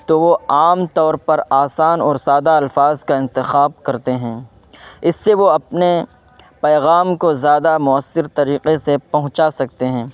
تو وہ عام طور پر آسان اور سادہ الفاظ کا انتخاب کرتے ہیں اس سے وہ اپنے پیغام کو زیادہ مؤثر طریقے سے پہنچا سکتے ہیں